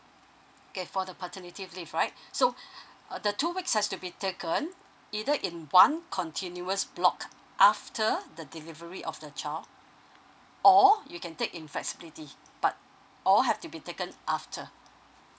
okay for the paternity leave right so uh the two weeks has to be taken either in one continuous block after the delivery of the child or you can take in flexibility but all have to be taken after